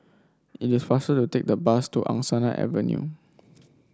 it is faster to take the bus to Angsana Avenue